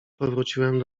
powróciłem